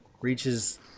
Reaches